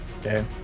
Okay